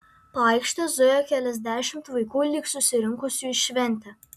po aikštę zujo keliasdešimt vaikų lyg susirinkusių į šventę